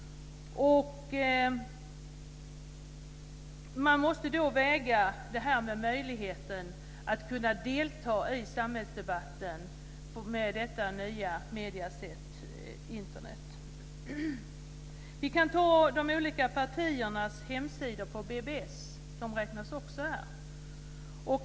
Man måste då väga detta mot möjligheten att delta i samhällsdebatten med detta nya mediesätt Vi kan t.ex. också ta de olika partiernas hemsidor på BBS. De räknas också in här.